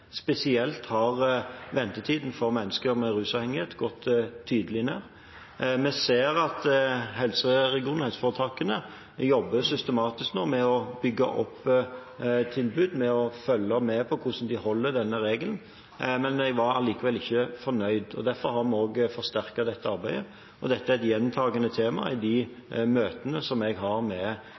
spesielt har ventetiden for mennesker med rusavhengighet gått tydelig ned. Vi ser at helseregionene og helseforetakene nå jobber systematisk med å bygge opp tilbud, med å følge med på hvordan de overholder denne regelen, men jeg var likevel ikke fornøyd. Derfor har vi også forsterket dette arbeidet, og dette er et tema som gjentar seg i de møtene som jeg har med